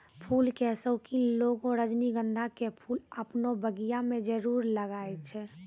फूल के शौकिन लोगॅ रजनीगंधा के फूल आपनो बगिया मॅ जरूर लगाय छै